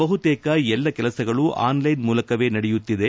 ಬಹುತೇಕ ಎಲ್ಲ ಕೆಲಸಗಳು ಆನ್ ಲ್ಯೆನ್ ಮೂಲಕವೇ ನಡೆಯುತ್ತಿದೆ